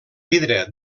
vidre